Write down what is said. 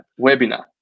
webinar